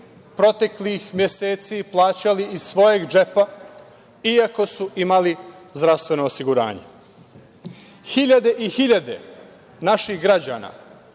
proteklih meseci plaćali iz svojeg džepa iako su imali zdravstveno osiguranje? Hiljade i hiljade naših građana